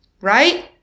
right